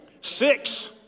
Six